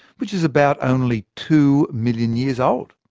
which is about only two million years old.